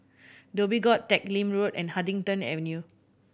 Dhoby Ghaut Teck Lim Road and Huddington Avenue